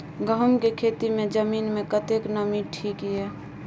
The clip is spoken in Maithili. गहूम के खेती मे जमीन मे कतेक नमी ठीक ये?